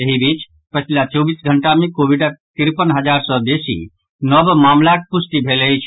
एहि बीच पछिला चौबीस घंटा मे कोविडक तिरपन हजार सॅ बेसी नव मामिलाक पुष्टि भेल अछि